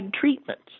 treatments